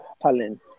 talent